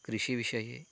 कृषिविषये